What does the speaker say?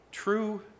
True